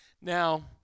Now